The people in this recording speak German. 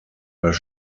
das